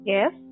Yes